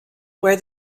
where